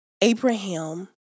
Abraham